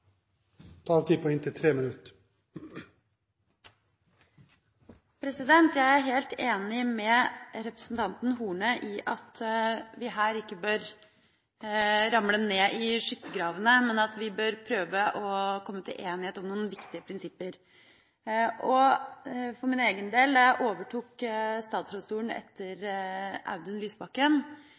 Jeg er helt enig med representanten Horne i at vi her ikke bør ramle ned i skyttergravene, men prøve å komme til enighet om noen viktige prinsipper. For min egen del fant jeg, da jeg overtok statsrådstolen etter Audun Lysbakken,